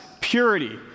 purity